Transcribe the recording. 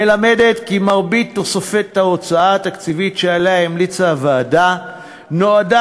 מלמדת כי מרבית תוספת ההוצאה התקציבית שעליה המליצה הוועדה נועדה